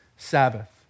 Sabbath